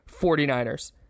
49ers